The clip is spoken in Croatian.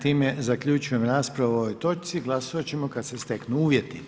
Time zaključujem raspravu o ovoj točci, glasovati ćemo kada se steknu uvjeti.